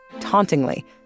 tauntingly